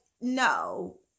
no